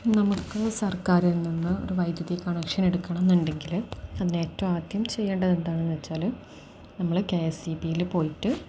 നമുക്ക് സർക്കാരിൽ നിന്ന് ഒരു വൈദ്യുതി കണക്ഷൻ എടുക്കണമെന്നുണ്ടെങ്കില് അതിന് ഏറ്റവും ആദ്യം ചെയ്യേണ്ടത് എന്താണെന്നുവെച്ചാല് നമ്മള് കെ എസ് ഇ ബിയില് പോയിട്ട്